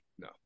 No